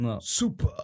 Super